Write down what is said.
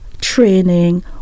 training